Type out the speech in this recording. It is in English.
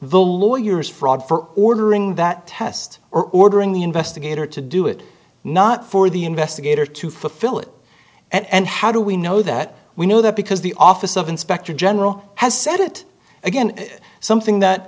the lawyer's fraud for ordering that test or ordering the investigator to do it not for the investigator to fulfill it and how do we know that we know that because the office of inspector general has said it again something that